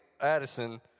Addison